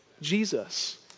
Jesus